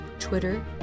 Twitter